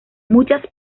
muchas